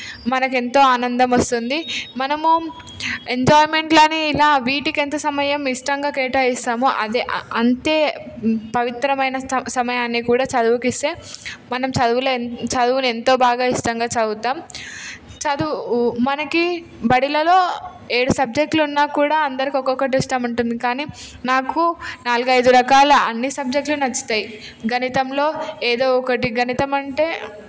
మనకి ఎంతో ఆనందం వస్తుంది మనము ఎంజాయ్మెంట్లని ఇలా వీటికి ఎంత సమయం ఇష్టంగా కేటాయిస్తామో అదే అంతే పవిత్రమైన స సమయాన్ని కూడా చదువుకు ఇస్తే మనం చదువులో చదువుని ఎంతో బాగా ఇష్టంగా చదువుతాము చదువు మనకి బడులలో ఏడు సబ్జెక్టులున్నా కూడా అందరికి ఒక్కొక్కటి ఇష్టం ఉంటుంది కానీ నాకు నాలుగైదు రకాల అన్ని సబ్జెక్టులు నచ్చుతాయి గణితంలో ఏదో ఒకటి గణితం అంటే